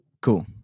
Cool